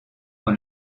dans